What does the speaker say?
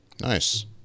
Nice